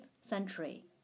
century